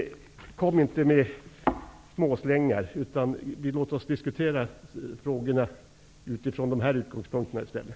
Kom inte med småslängar, utan låt oss diskutera frågan utifrån dessa utgångspunkter i stället.